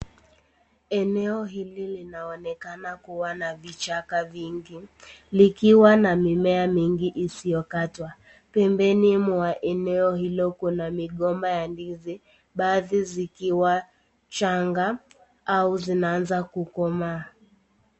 Eneo hili linaonekana kuwa na vichaka vingi, likiwa na mmea mingi isiyokatwa, pembeni mwa eneo hilo kuna migomba ya ndizi, baadhi zikiwa changa au zinaanza kukomaa.